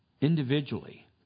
individually